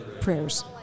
prayers